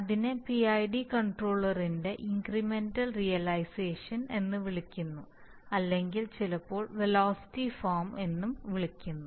അതിനെ പിഐഡി കൺട്രോളറിന്റെ incremental realisation എന്ന് വിളിക്കുന്നു അല്ലെങ്കിൽ ചിലപ്പോൾ വെലോസിറ്റി ഫോം എന്നും വിളിക്കുന്നു